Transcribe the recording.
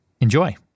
Enjoy